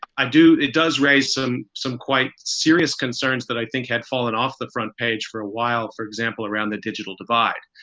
i do. it does raise some some quite serious concerns that i think had fallen off the front page for a while, for example, around the digital divide.